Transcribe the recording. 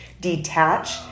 detach